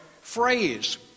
phrase